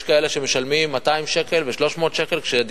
יש כאלה שמשלמים 200 שקל ו-300 שקל כששכר